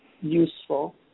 useful